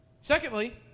Secondly